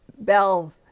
bell